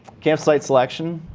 campsite selection.